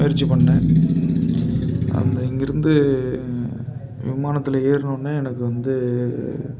முயற்சி பண்ணேன் அந்த இங்கேருந்து விமானத்தில் ஏறுனவுடனே எனக்கு வந்து